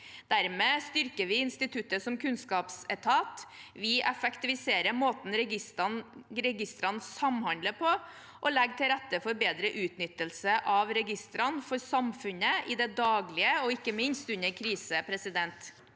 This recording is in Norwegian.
Dermed styrker vi instituttet som kunnskapsetat, vi effektiviserer måten registrene samhandler på, og legger til rette for bedre utnyttelse av registrene for samfunnet i det daglige og ikke minst under kriser.